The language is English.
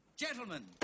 Gentlemen